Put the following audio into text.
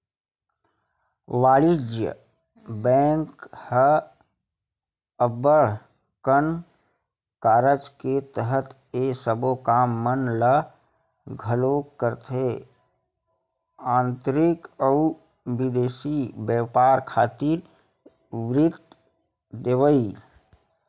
वाणिज्य बेंक ह अब्बड़ कन कारज के तहत ये सबो काम मन ल घलोक करथे आंतरिक अउ बिदेसी बेपार खातिर वित्त देवई